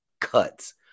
cuts